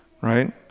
right